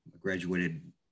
graduated